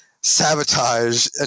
sabotage